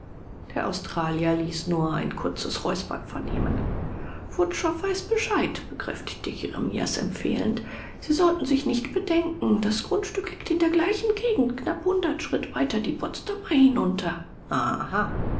der australier ließ nur ein kurzes räuspern vernehmen wutschow weiß bescheid bekräftigte jeremias empfehlend sie sollten sich nicht bedenken das grundstück liegt in der gleichen gegend knapp hundert schritt weiter die potsdamer hinunter aha